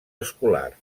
escolar